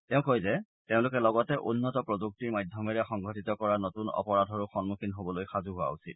তেওঁ কয় যে তেওঁলোকে লগতে উন্নত প্ৰযুক্তিৰ মাধ্যমেৰে সংঘটিত কৰা নতুন অপৰাধৰো সমুখীন হবলৈ সাজু হোৱা উচিত